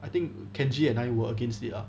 I think kenji and I were against the lah